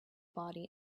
body